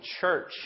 church